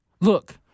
Look